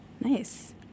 Nice